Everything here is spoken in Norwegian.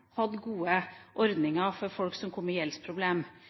hadde gode ordninger for folk som kom i